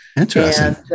Interesting